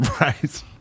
Right